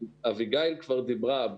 אביגיל כבר דיברה על זה.